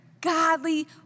godly